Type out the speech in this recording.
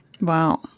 Wow